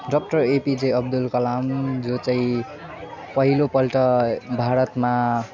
doctor APJ Abdul Kalam जो चाहिँ पहिलोपल्ट भारतमा